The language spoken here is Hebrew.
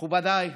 מכובדיי,